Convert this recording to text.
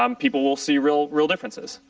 um people will see real real differences.